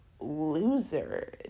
loser